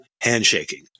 handshaking